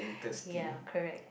ya correct